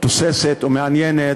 תוססת ומעניינת,